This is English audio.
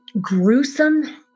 gruesome